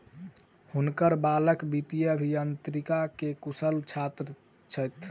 हुनकर बालक वित्तीय अभियांत्रिकी के कुशल छात्र छथि